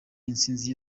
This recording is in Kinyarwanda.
intsinzi